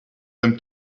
them